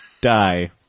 die